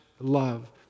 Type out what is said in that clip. love